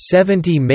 Seventy